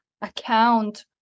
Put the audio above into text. account